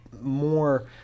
more